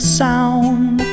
sound